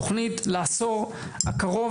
תוכנית לעשור הקרוב,